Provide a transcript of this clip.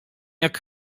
jak